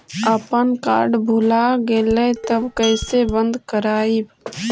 अपन कार्ड भुला गेलय तब कैसे बन्द कराइब?